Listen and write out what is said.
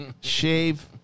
shave